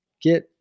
get